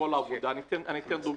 - אתן דוגמה.